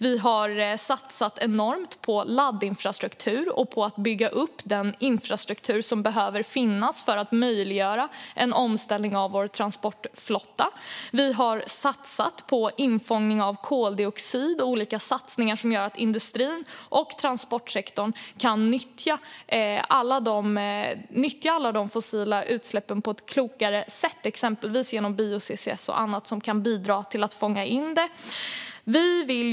Vi har satsat enormt på laddinfrastruktur och på att bygga upp den infrastruktur som behöver finnas för att möjliggöra en omställning av vår transportflotta. Vi har satsat på infångning av koldioxid och olika satsningar som gör att industrin och transportsektorn kan nyttja de fossila utsläppen på ett klokare sätt, exempelvis genom bio-CCS som kan bidra till att fånga in koldioxid.